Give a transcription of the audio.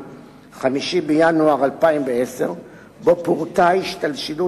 אגיד לכם גם מדוע: כי ההתערבות הבוטה בהצעת